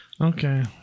Okay